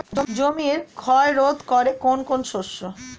জমির ক্ষয় রোধ করে কোন কোন শস্য?